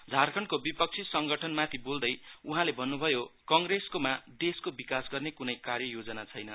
झारखण्डको विपक्षी गठबन्धन माथि बोल्दै भन्नुभयो कांग्रेसमा देशको विकास गर्ने कुनै कार्य योजना छैन्